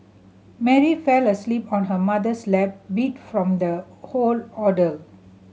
Mary fell asleep on her mother's lap beat from the whole ordeal